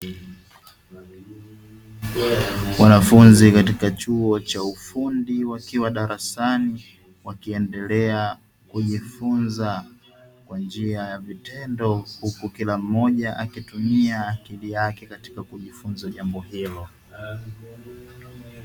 Wanafunzi katika chuo cha ufundi wakiwa darasani wakiendelea kujifunza kwa njia ya vitendo, huku kila mmoja akitumia akili yake katika kujifunza jambo hilo.